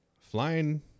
Flying